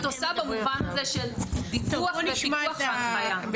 עושה במובן הזה של ביטוח ופיקוח והבניה.